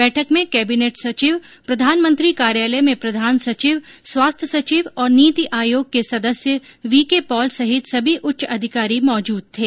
बैठक में कैबिनेट सचिव प्रधानमंत्री कार्यालय में प्रधान सचिव स्वास्थ्य सचिव और नीति आयोग के सदस्य वीकेपॉल सहित सभी उच्च अधिकारी मौजूद थे